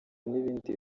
n’ibindi